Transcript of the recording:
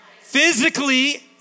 physically